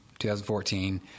2014